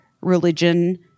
religion